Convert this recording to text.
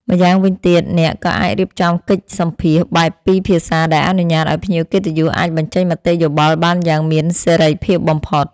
ម្យ៉ាងវិញទៀតអ្នកក៏អាចរៀបចំកិច្ចសម្ភាសន៍បែបពីរភាសាដែលអនុញ្ញាតឱ្យភ្ញៀវកិត្តិយសអាចបញ្ចេញមតិយោបល់បានយ៉ាងមានសេរីភាពបំផុត។